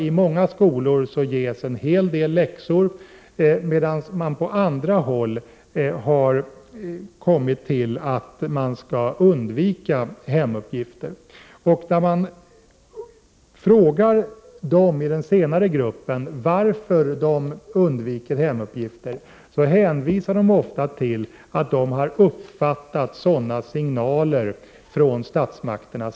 I många skolor ges en hel del läxor, medan man på andra håll har kommit fram till att man skall undvika hemuppgifter. Frågar man lärare i den senare gruppen varför de undviker hemuppgifter, hänvisar de ofta till att de har uppfattat signaler i den riktningen från 65 statsmakterna.